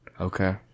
okay